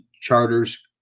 charters